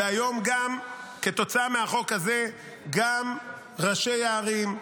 היום כתוצאה מהחוק הזה גם ראשי הערים,